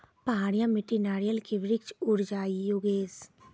पहाड़िया मिट्टी नारियल के वृक्ष उड़ जाय योगेश?